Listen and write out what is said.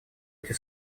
эти